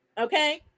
okay